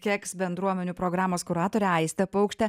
keks bendruomenių programos kuratorė aistę paukštę